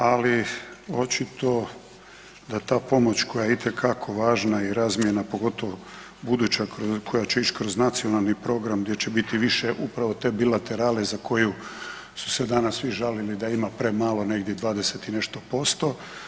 Ali očito da ta pomoć koja je itekako važna i razmjena pogotovo buduća koja će ići kroz Nacionalni program gdje će biti više upravo te bilaterale za koju su se svi žalili da ima premalo negdje 20 i nešto posto.